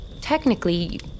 technically